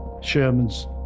Sherman's